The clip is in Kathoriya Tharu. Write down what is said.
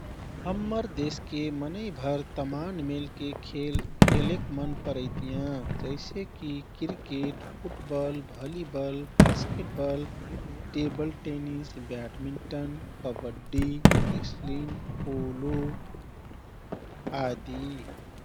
हम्मर देशके मनैभर तमान मेलके खेल खेलेक मन परैतियाँ। जैसेकि cricket, football, volleyball, basketball, table tennis, badminton, kabaddi, wrestling, polo आदि।